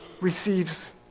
receives